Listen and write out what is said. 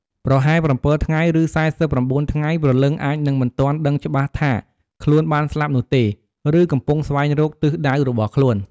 ប្រហែល ៧ថ្ងៃឬ ៤៩ថ្ងៃព្រលឹងអាចនឹងមិនទាន់ដឹងច្បាស់ថាខ្លួនបានស្លាប់នោះទេ ឬកំពុងស្វែងរកទិសដៅរបស់ខ្លួន។